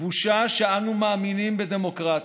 בושה שאנו מאמינים בדמוקרטיה,